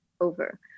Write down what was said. over